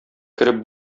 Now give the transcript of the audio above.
кереп